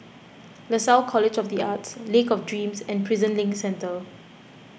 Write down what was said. Lasalle College of the Arts Lake of Dreams and Prison Link Centre